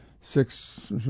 six